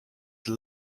the